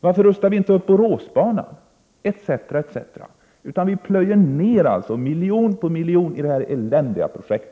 Varför rustar vi inte upp Boråsbanan, etc.? Vi plöjer ner miljon på miljon i detta eländiga projekt.